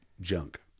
junk